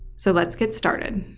so let's get started!